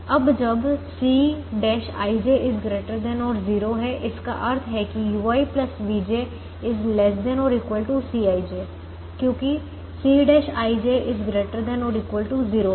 अब जब Cij ≥ 0 है इसका अर्थ है कि ui vj ≤ Cij क्योंकि Cꞌij ≥ 0 है